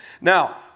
Now